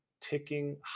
ticking